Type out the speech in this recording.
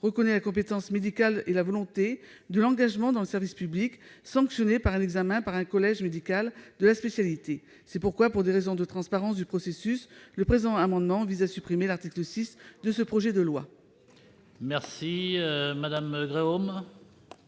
reconnaît la compétence médicale et la volonté de l'engagement dans le service public qui sont sanctionnées par un examen devant un collège médical de la spécialité. C'est pourquoi, pour des raisons de transparence du processus, le présent amendement vise à supprimer l'article 6 de ce projet de loi. La parole